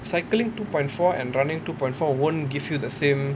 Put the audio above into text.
cycling two point four and running two point four won't give you the same